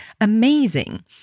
amazing